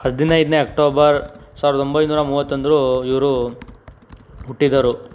ಹದಿನೈದನೇ ಅಕ್ಟೋಬರ್ ಸಾವಿರದ ಒಂಬೈನೂರ ಮೂವತ್ತೊಂದು ಇವರು ಹುಟ್ಟಿದರು